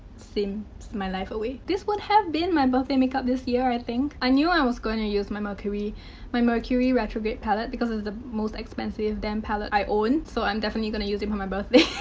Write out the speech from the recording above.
sims my life away. this would have been my birthday makeup this year, i think. i knew i was going to use my mercury my mercury retrograde palette because it is the most expensive damn palette i own. so i'm definitely gonna use it for my birthday.